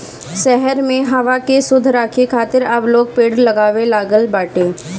शहर में हवा के शुद्ध राखे खातिर अब लोग पेड़ लगावे लागल बाटे